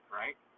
right